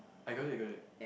I got it got it